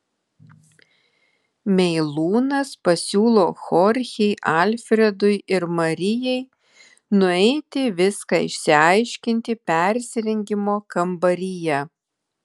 meilūnas pasiūlo chorchei alfredui ir marijai nueiti viską išsiaiškinti persirengimo kambaryje